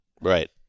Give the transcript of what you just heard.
Right